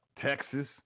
Texas